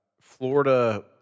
Florida